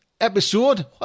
episode